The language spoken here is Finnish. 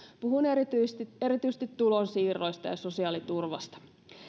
puhun erityisesti erityisesti tulonsiirroista ja sosiaaliturvasta